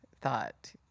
thought